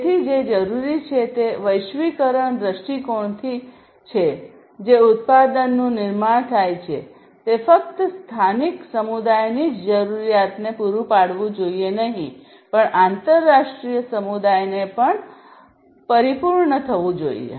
તેથી જે જરૂરી છે તે વૈશ્વિકરણના દૃષ્ટિકોણથી છે જે ઉત્પાદનનું નિર્માણ થાય છે તે ફક્ત સ્થાનિક સમુદાયની જ જરૂરિયાતને પૂરું પાડવું જોઈએ નહીં પણ આંતરરાષ્ટ્રીય સમુદાયને પણ જોઈએ